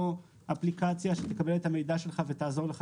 או אפליקציה שתקבל את המידע שלך ותעזור לך